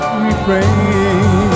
refrain